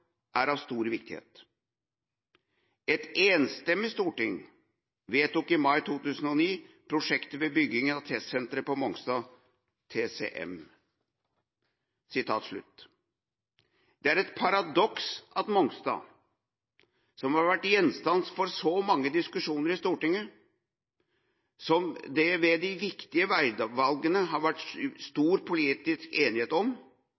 er av stor viktighet. Et enstemmig storting vedtok i mai 2009 prosjektet med bygging av Testsenteret på Mongstad Det er et paradoks at Mongstad – som har vært gjenstand for så mange diskusjoner i Stortinget, som det ved de viktige veivalgene har vært stor politisk enighet om,